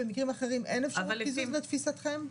במקרים אחרים אין אפשרות קיזוז לתפיסתכם?